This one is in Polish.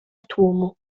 tłumu